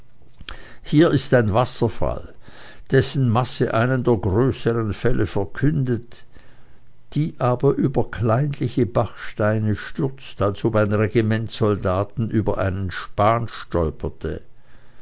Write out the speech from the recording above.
hier ist ein wasserfall dessen masse einen der größeren fälle verkündet die aber über kleinliche bachsteine stürzt als ob ein regiment soldaten über einen span stolperte